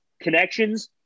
connections